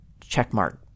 checkmark